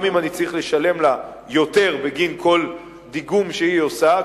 גם אם אני צריך לשלם לה יותר על כל דיגום שהיא עושה,